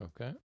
Okay